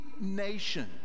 nation